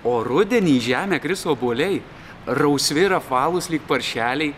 o rudenį į žemę kris obuoliai rausvi ir apvalūs lyg paršeliai